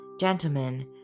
gentlemen